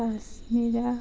Kashmira